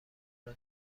برو